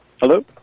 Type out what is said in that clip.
Hello